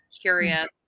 curious